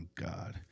God